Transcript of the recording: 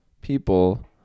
people